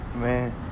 Man